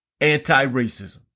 anti-racism